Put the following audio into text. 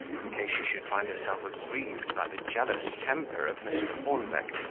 in case she should find herself aggrieved by the jealous temper of mr. hornbeck,